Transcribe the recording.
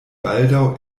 baldaŭ